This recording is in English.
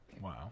Wow